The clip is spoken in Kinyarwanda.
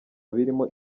birimo